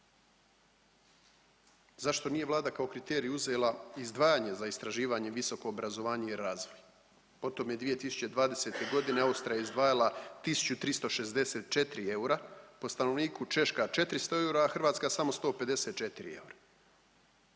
Zašto nije Vlada kao kriterij uzela izdvajanje za istraživanje i visoko obrazovanje i razvoj? Po tome je 2020.g. Austrija izdvajala 1364 eura po stanovniku, Češka 400 eura, a Hrvatska samo 154 eura